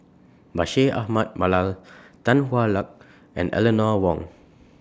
Bashir Ahmad Mallal Tan Hwa Luck and Eleanor Wong